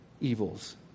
evils